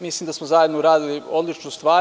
Mislim da smo zajedno uradili odličnu stvar.